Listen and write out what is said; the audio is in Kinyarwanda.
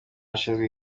ashinzwe